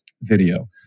video